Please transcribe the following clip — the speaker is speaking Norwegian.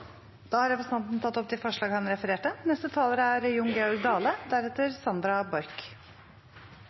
Da har representanten tatt opp de forslagene han refererte